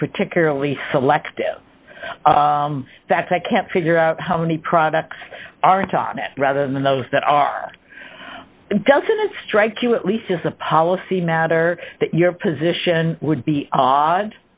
be particularly selective that i can't figure out how many products are talking rather than those that are doesn't it strike you at least as a policy matter that your position would be odd